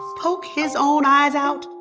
poke his own eyes out?